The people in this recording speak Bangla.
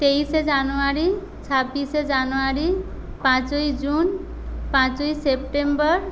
তেইশে জানুয়ারি ছাব্বিশে জানুয়ারি পাঁচই জুন পাঁচই সেপ্টেম্বর